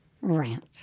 rant